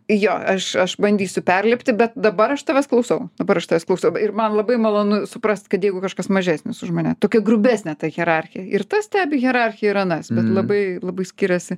jo aš aš bandysiu perlipti bet dabar aš tavęs klausau dabar aš tavęs klausau ir man labai malonu suprast kad jeigu kažkas mažesnis už mane tokia grubesnė ta hierarchija ir tas stebi hierarchiją ir anas bet labai labai skiriasi